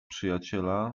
przyjaciela